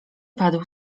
padł